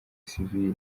civile